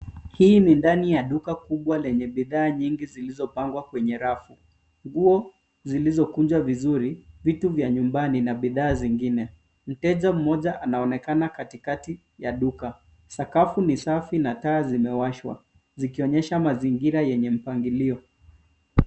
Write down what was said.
Hii ni ndani ya duka kubwa lenye bidhaa nyingi zilizopangwa kwenye rafu. Nguo zilizokunjwa vizuri, vitu vya nyumbani na bidhaa zingine. Mteja mmoja anaonekana katikati ya duka. Sakafu ni safi na taa zimewashwa zikionyesha mazingira yenye mpangilio.